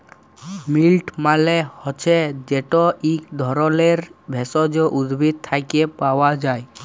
মিল্ট মালে হছে যেট ইক ধরলের ভেষজ উদ্ভিদ থ্যাকে পাওয়া যায়